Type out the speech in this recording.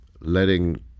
letting